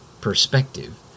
perspective